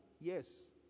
yes